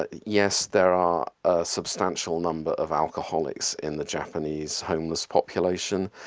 ah yes, there are a substantial number of alcoholics in the japanese homeless population.